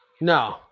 No